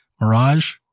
Mirage